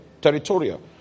territorial